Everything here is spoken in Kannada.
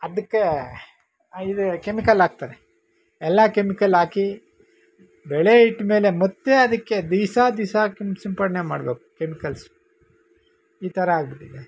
ಅದಕ್ಕೆ ಅ ಇದು ಕೆಮಿಕಲ್ ಹಾಕ್ತಾರೆ ಎಲ್ಲ ಕೆಮಿಕಲ್ ಹಾಕಿ ಬೆಳೆ ಇಟ್ಟಮೇಲೆ ಮತ್ತೆ ಅದಕ್ಕೆ ದೀಸಾ ದೀಸಾ ಹಾಕಂಡು ಸಿಂಪರಣೆ ಮಾಡಬೇಕು ಕೆಮಿಕಲ್ಸ್ ಈ ಥರ ಆಗಿಬಿಟ್ಟಿದೆ